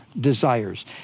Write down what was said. desires